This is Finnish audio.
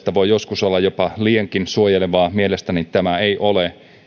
voi joskus olla jopa liiankin suojelevaa mielestäni ei ole